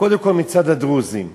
קודם כול מצד הדרוזים.